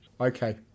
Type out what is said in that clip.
Okay